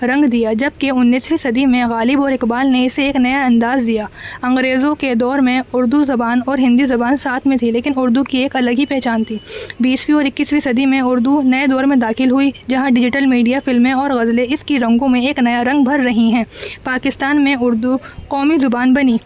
رنگ دیا جبکہ انیسویں صدی میں غالب اور اقبال نے اسے ایک نیا انداز دیا انگریزوں کے دور میں اردو زبان اور ہندی زبان ساتھ میں تھی لیکن اردو کی ایک الگ ہی پہچان تھی بیسویں اور اکیسویں صدی میں اردو نئے دور میں داخل ہوئی جہاں ڈیجیٹل میڈیا فلمیں اور غزلیں اس کی رنگوں میں ایک نیا رنگ بھر رہی ہیں پاکستان میں اردو قومی زبان بنی